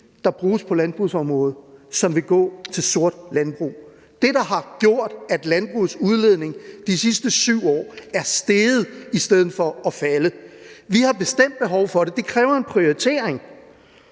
der bruges på landbrugsområdet, som vil gå til sort landbrug, altså det, der har gjort, at landbrugets udledning de sidste 7 år er steget i stedet for at falde. Vi har bestemt behov for det, og det kræver en prioritering,